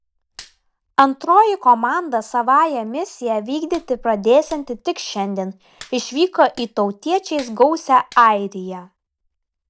antroji komanda savąją misiją vykdyti pradėsianti tik šiandien išvyko į tautiečiais gausią airiją